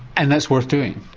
and that's worth doing?